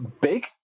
big